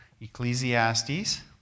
Ecclesiastes